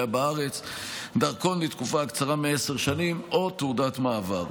בארץ דרכון לתקופה הקצרה מעשר שנים או תעודת מעבר.